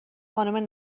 خانم